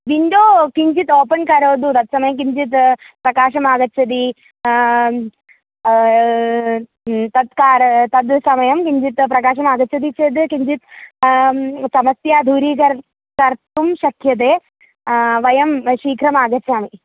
window किञ्चित् open करोतु तत्समये किञ्चित् प्रकाशम् आगच्छति तत् कारणं तद् समयं किञ्चित् प्रकाशम् आगच्छति चेद् किञ्चित् समस्या दूरीकरोतु कर्तुं शक्यते वयं शीघ्रम् आगच्छामि